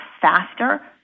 faster